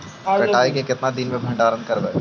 कटाई के कितना दिन मे भंडारन करबय?